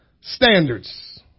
standards